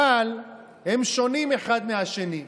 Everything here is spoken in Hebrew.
אבל הם שונים אחד מהשני,